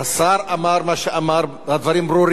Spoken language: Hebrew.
השר אמר מה שאמר, הדברים ברורים.